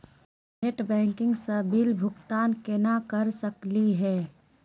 Net banking स bill भुगतान केना कर सकली हे?